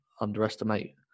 underestimate